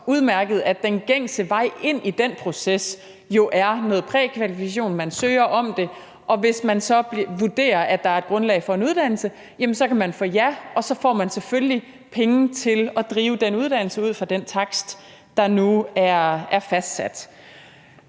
er den gængse vej ind i den proces jo noget prækvalifikation: Man søger om det, og hvis det så vurderes, at der er et grundlag for en uddannelse, så kan man få ja, og så får man selvfølgelig penge til at drive den uddannelse ud fra den takst, der nu er fastsat.